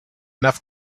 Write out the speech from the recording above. enough